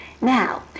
Now